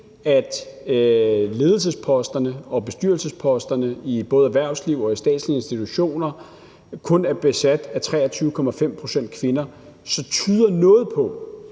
at ledelsesposterne og bestyrelsesposterne i både erhvervsliv og i statslige institutioner kun er besat med 23,5 pct. kvinder, så tyder noget på,